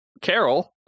Carol